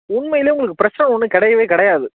உண்மையிலே உங்களுக்கு பிரஸர் ஒன்றும் கிடையவே கிடையாது